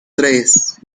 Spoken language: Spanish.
tres